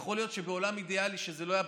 יכול להיות שבעולם אידיאלי, כשאין בחירות,